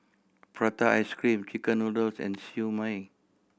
prata ice cream chicken noodles and Siew Mai